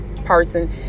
person